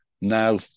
now